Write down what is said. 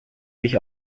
sich